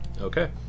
Okay